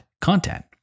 content